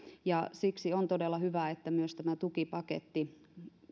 ja siksi on todella hyvä että myös tämä tukipaketti